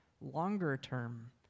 longer-term